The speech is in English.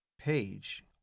page